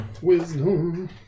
Wisdom